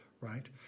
right